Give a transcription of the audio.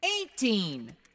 eighteen